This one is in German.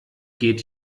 geht